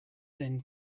thin